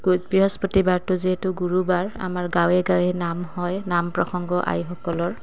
বৃহস্পতি বাৰটো যিহেতু গুৰু বাৰ আমাৰ গাঁৱে গাঁৱে নাম হয় নাম প্ৰসংগ আইসকলৰ